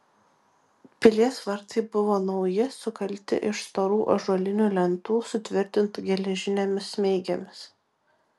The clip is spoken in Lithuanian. pilies vartai buvo nauji sukalti iš storų ąžuolinių lentų sutvirtintų geležinėmis smeigėmis